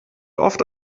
oft